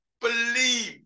believe